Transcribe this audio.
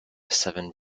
seven